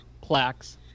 plaques